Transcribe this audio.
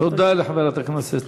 תודה לחברת הכנסת